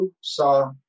saw